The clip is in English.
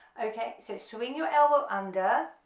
okay, so swing your elbow under,